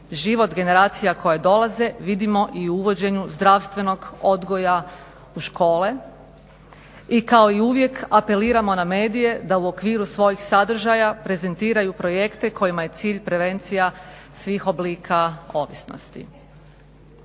život generacija koje dolaze vidimo i u uvođenju zdravstvenog odgoja u škole i kao i uvijek apeliramo na medije da u okviru svojih sadržaja prezentiraju projekte kojima je cilj prevencija svih oblika ovisnosti.